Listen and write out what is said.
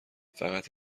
فقط